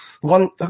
one